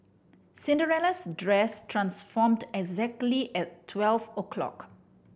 Cinderella's dress transformed exactly at twelve o'clock